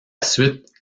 suite